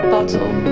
Bottle